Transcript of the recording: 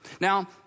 Now